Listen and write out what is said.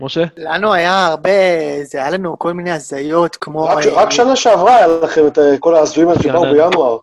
משה? לנו היה הרבה... היה לנו כל מיני הזיות כמו... רק שנה שעברה היה לכם את כל ההזויים האלה שבאו בינואר.